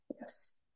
yes